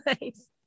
nice